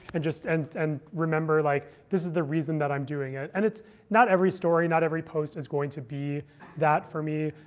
and just and and remember, like this is the reason that i'm doing it. and not every story, not every post, is going to be that for me.